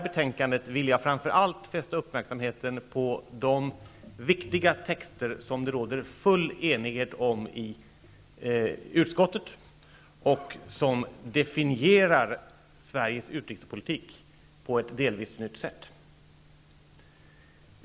Jag vill framför allt fästa uppmärksamheten på de viktiga texter i detta betänkande som det i utskottet råder full enighet om, och som definierar Sveriges utrikespolitik på ett delvis nytt sätt.